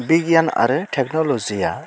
बिगियान आरो टेक्नल'जिया